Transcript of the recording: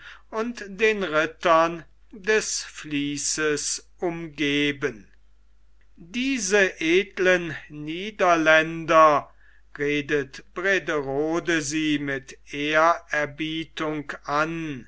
und den rittern des vließes umgeben diese edeln niederländer redet brederode sie mit ehrerbietung an